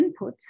inputs